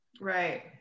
Right